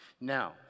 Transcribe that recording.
Now